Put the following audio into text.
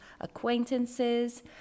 acquaintances